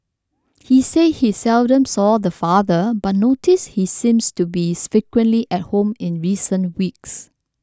he said he seldom saw the father but noticed he seems to be frequently at home in recent weeks